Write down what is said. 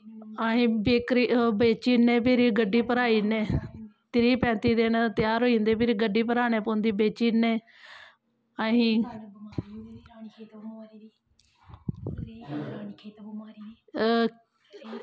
अस बेकरी बेची ओड़ने फिर गड्डी भराई ओड़ने त्रीह् पैंती दिन त्यार होई जंदे फिर गड्डी भराने पौंदी बेची ओड़ने असीं एह्